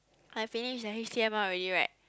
I finish the H_T_M_L already right